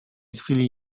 chwili